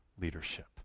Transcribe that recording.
leadership